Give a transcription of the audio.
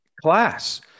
class